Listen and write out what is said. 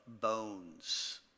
bones